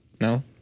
No